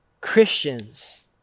Christians